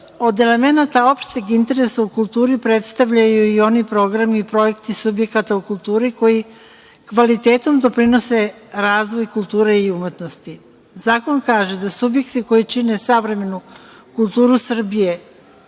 od elemenata opšteg interesa u kulturi predstavljaju i oni programi i projekti subjekata u kulturi koji kvalitetom doprinose razvoj kulture i umetnosti. Zakon kaže – da subjekti koji čine savremenu kulturu Srbije